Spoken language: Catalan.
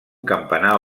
campanar